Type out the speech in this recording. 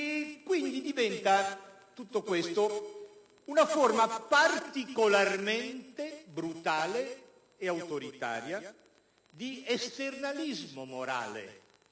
Quindi, tutto questo diventa una forma particolarmente brutale e autoritaria di esternalismo morale,